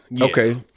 Okay